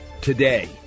today